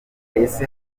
ese